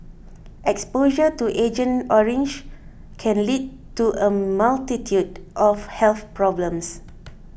exposure to Agent Orange can lead to a multitude of health problems